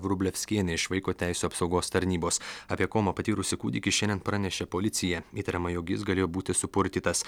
vrublevskienė iš vaiko teisių apsaugos tarnybos apie komą patyrusį kūdikį šiandien pranešė policija įtariama jog jis galėjo būti supurtytas